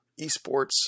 esports